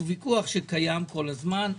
קיים כל הזמן.